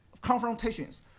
confrontations